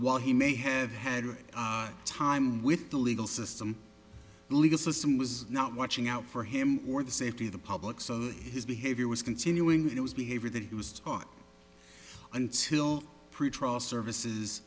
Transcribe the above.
while he may have had time with the legal system legal system was not watching out for him or the safety of the public so his behavior was continuing it was behavior that he was taught until pretrial services